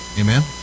Amen